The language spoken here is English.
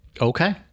Okay